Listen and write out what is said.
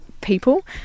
people